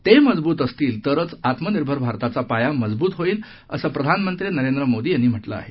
ते मजबूत असतील तरच आत्मनिर्भर भारताचा पाया मजबूत होईल असं प्रधानमंत्री नरेंद्र मोदी यांनी म्हटलं आहे